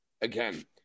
Again